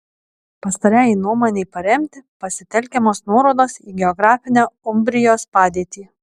pastarajai nuomonei paremti pasitelkiamos nuorodos į geografinę umbrijos padėtį